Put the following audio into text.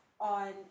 on